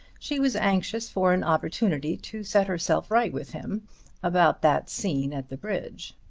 she was anxious for an opportunity to set herself right with him about that scene at the bridge.